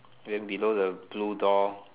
then below the blue door